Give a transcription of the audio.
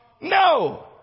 No